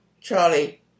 Charlie